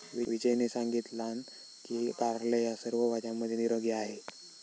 विजयने सांगितलान की कारले ह्या सर्व भाज्यांमध्ये निरोगी आहे